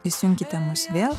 įsijunkite mus vėl